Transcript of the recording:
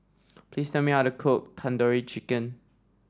please tell me how to cook Tandoori Chicken